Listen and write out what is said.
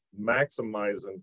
maximizing